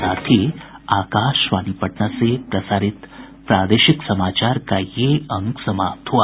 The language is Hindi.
इसके साथ ही आकाशवाणी पटना से प्रसारित प्रादेशिक समाचार का ये अंक समाप्त हुआ